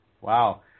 Wow